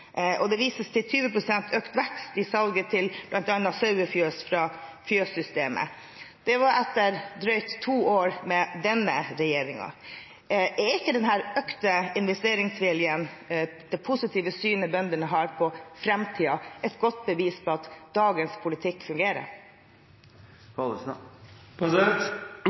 og det vises til 20 pst. økt vekst i salget av bl.a. sauefjøs fra Fjøssystemer. Det var etter drøyt to år med denne regjeringen. Er ikke denne økte investeringsviljen og det positive synet bøndene har på framtiden, et godt bevis på at dagens politikk fungerer?